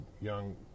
young